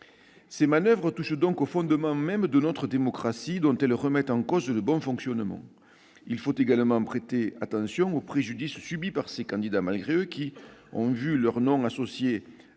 Ces manoeuvres touchent donc au fondement même de notre démocratie, dont elles remettent en cause le bon fonctionnement. Il faut également prêter attention au préjudice subi par ces « candidats malgré eux », qui ont vu leur nom associé